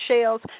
shells